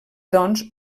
doncs